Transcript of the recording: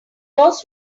was